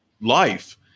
life